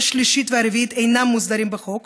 השלישית והרביעית אינם מוסדרים בחוק,